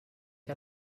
que